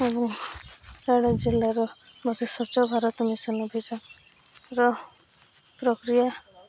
ଏବଂ ରାୟଗଡ଼ା ଜିଲ୍ଲାର ମୋତେ ସ୍ୱଚ୍ଛ ଭାରତ ମିଶନ ଅଭିଯାନର ପ୍ରକ୍ରିୟା